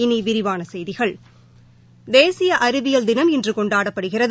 இனி விரிவான செய்திகள் தேசிய அறிவியல் தினம் இன்று கொண்டாடப்படுகிறது